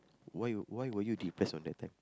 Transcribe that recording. why you why were you depressed on that time